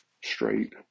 straight